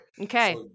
Okay